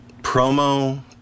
promo